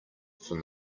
from